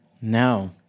No